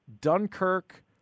Dunkirk